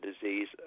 disease